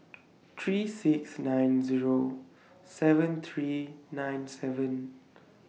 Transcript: three six nine Zero seven three nine seven